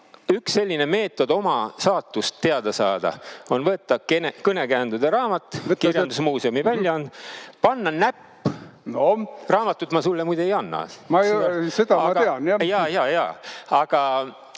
üks selline meetod oma saatust teada saada on võtta kõnekäändude raamat, kirjandusmuuseumi väljaanne, panna näpp … Raamatut ma sulle muide ei anna. … nii et sa võid järgida